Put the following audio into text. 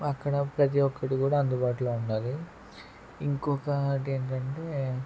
అక్కడ ప్రతి ఒక్కటి కూడా అందుబాటులో ఉండాలి ఇంకొకటి ఏంటంటే